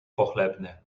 pochlebne